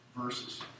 verses